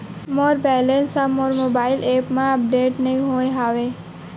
मोर balance हा मोर mobile app मा अपडेट नहीं होय हवे